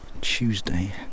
Tuesday